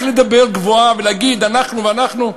רק לדבר גבוהה-גבוהה ולהגיד: אנחנו ואנחנו?